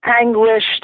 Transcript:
anguished